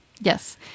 Yes